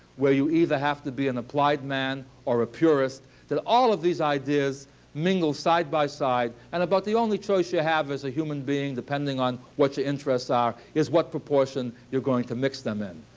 where you either have to be an applied man or a purist, that all of these ideas mingle side by side. and about the only choice you have as a human being depending on what your interests are is what proportion you're going to mix them in.